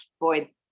boy